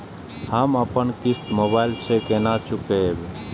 हम अपन किस्त मोबाइल से केना चूकेब?